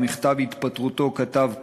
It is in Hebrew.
במכתב התפטרותו כתב כך: